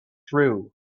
through